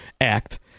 act